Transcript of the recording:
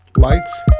Lights